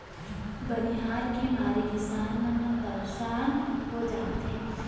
बनिहार के मारे किसान मन ह परसान हो जाथें